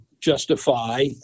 justify